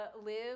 live